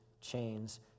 chains